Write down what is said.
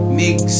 mix